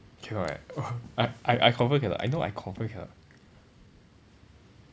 cannot right I I I confirm cannot I know I confirm cannot